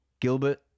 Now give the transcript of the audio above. Gilbert